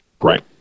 Right